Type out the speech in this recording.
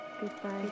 Goodbye